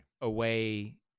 away